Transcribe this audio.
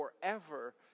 forever